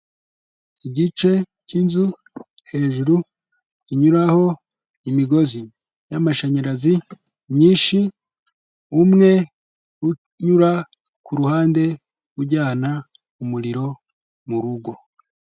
Igice cy'inzu hejuru inyuraho imigozi y'amashanyarazi myinshi, umwe unyura ku ruhande ujyana umuriro mu rugo.